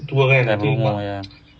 dah berumur ya